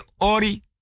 ori